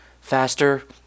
Faster